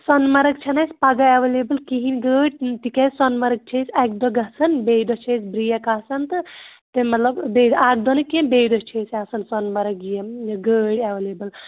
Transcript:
سۄنہٕ مرٕگ چھَنہٕ اَسہِ پگاہ اٮ۪وٮ۪لیبٕل کِہیٖنۍ گٲڑۍ تِکیٛازِ سۄنہٕ مرٕگ چھِ أسۍ اَکہِ دۄہ گژھان بیٚیہِ دۄہ چھِ اَسہِ برٛیک آسان تہٕ تہِ مطلب بیٚیہِ اَکھ دۄہ نہٕ کیٚنٛہہ بیٚیہِ دۄہ چھِ أسۍ آسان سۄنہٕ مَرٕگ یِم گٲڑۍ اٮ۪وٮ۪لیبٕل